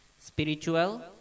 spiritual